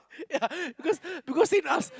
yeah because because Sein asked